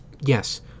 yes